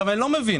אני לא מבין,